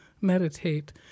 meditate